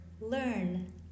learn